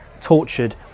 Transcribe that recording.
tortured